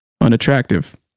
unattractive